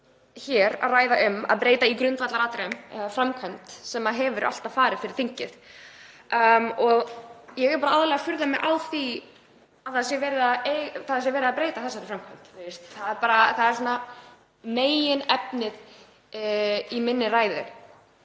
hér að ræða um að breyta í grundvallaratriðum framkvæmd sem hefur alltaf farið fyrir þingið. Ég furða mig aðallega á því að það sé verið að breyta þessari framkvæmd. Það er svona meginefnið í minni ræðu.